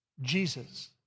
Jesus